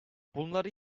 bunları